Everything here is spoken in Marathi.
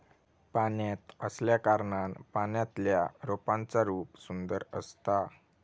पाण्यात असल्याकारणान पाण्यातल्या रोपांचा रूप सुंदर असता